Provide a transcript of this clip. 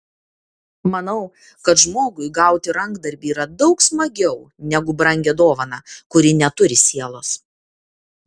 manau kad žmogui gauti rankdarbį yra daug smagiau negu brangią dovaną kuri neturi sielos